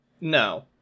no